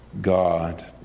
God